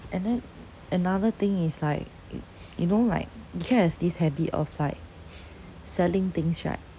and then another thing is like you know like ikea has this habit of like selling things right